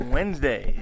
Wednesday